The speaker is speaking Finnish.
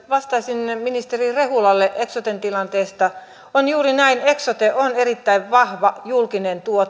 vastaisin ministeri rehulalle eksoten tilanteesta on juuri näin eksote on erittäin vahva julkinen